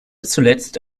zuletzt